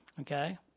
okay